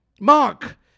Mark